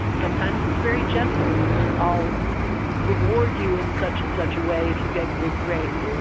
sometimes it's very gentle i'll reward you in such and such a way if you get good grades.